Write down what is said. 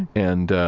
and